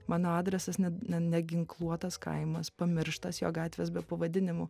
mano adresas ne na neginkluotas kaimas pamirštos jo gatvės be pavadinimų